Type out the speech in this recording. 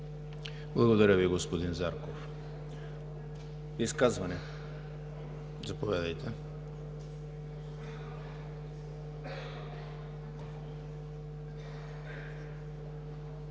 Благодаря Ви, господин Зарков. Изказвания? Заповядайте.